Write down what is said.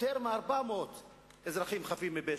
יותר מ-400 אזרחים חפים מפשע?